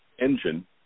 engine